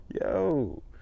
yo